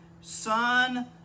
Son